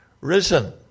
risen